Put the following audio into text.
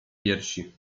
piersi